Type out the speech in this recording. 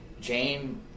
Jane